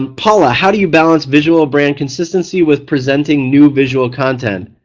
and paula, how do you balance visual brand consistency with presenting new visual content?